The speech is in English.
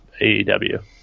AEW